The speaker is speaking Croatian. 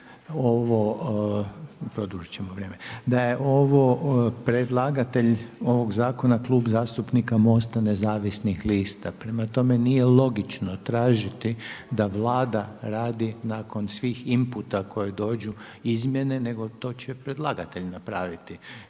ovo, produžiti ćemo vrijeme, da je ovo predlagatelj ovog zakona Klub zastupnika MOST-a Nezavisnih lista. Prema tome nije logično tražiti da Vlada radi nakon svih imputa koji dođu izmjene nego to će predlagatelj napraviti